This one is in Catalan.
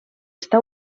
està